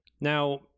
Now